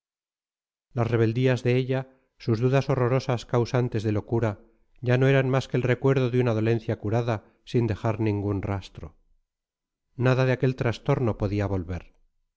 las rebeldías de ella sus dudas horrorosas causantes de locura ya no eran más que el recuerdo de una dolencia curada sin dejar ningún rastro nada de aquel trastorno podía volver